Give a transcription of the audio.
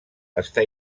està